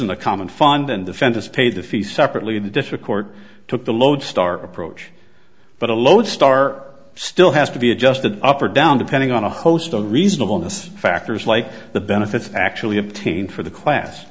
a common fund and defendants paid the fee separately the district court took the lodestar approach but a lodestar still has to be adjusted up or down depending on a host of reasonable this factors like the benefits actually obtain for the class